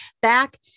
back